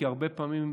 כי הרבה פעמים,